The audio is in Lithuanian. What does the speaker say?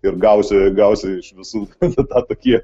ir gausi gausi iš visų nu tą tokį